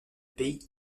pays